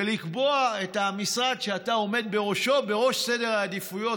ולקבוע את המשרד שאתה עומד בראשו בראש סדר העדיפויות,